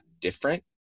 different